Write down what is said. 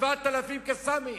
7,000 "קסאמים".